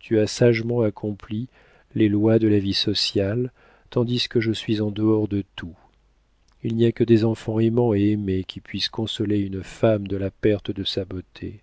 tu as sagement accompli les lois de la vie sociale tandis que je suis en dehors de tout il n'y a que des enfants aimants et aimés qui puissent consoler une femme de la perte de sa beauté